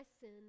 sin